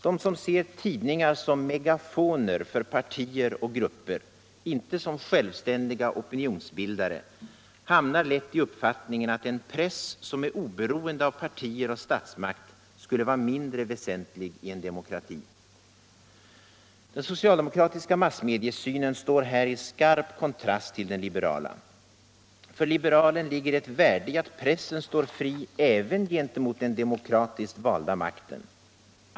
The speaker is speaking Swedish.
Den som ser tidningar som megafoner för partier och grupper — inte som självständiga opinionsbildare — hamnar lätt i uppfattningen att en press som är oberoende av partier och statsmakt skulle vara mindre väsentlig i en demokrati. Den socialdemokratiska massmediesynen står här i skarp kontrast till den liberala. För liberalen ligger det ett värde i att pressen står fri även gentemot den demokratiskt valda makten.